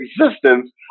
existence